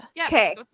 Okay